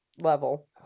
level